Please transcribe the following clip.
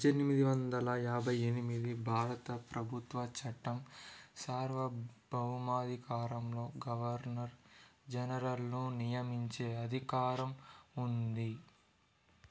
పద్దెనిమిది వందల యాభై ఎనిమిది భారత ప్రభుత్వ చట్టం సార్వభౌమాధికారంలో గవర్నర్ జనరల్ను నియమించే అధికారం ఉంది